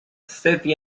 sete